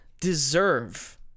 deserve